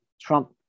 Trump